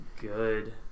good